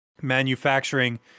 manufacturing